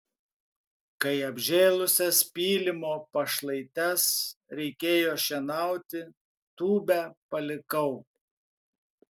kai apžėlusias pylimo pašlaites reikėjo šienauti tūbę palikau